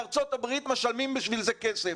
בארצות הברית משלמים בשביל זה כסף.